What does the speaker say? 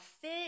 fit